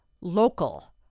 local